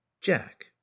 jack